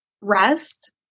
rest